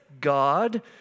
God